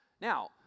now